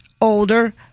older